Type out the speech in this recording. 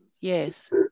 Yes